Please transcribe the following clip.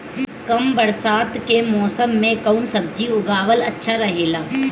कम बरसात के मौसम में कउन सब्जी उगावल अच्छा रहेला?